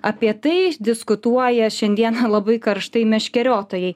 apie tai diskutuoja šiandien labai karštai meškeriotojai